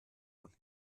und